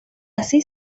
así